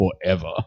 forever